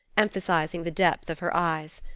emphasizing the depth of her eyes.